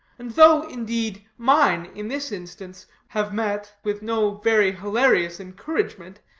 and though, indeed, mine, in this instance have met with no very hilarious encouragement,